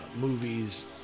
movies